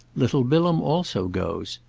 little bilham also goes.